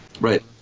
Right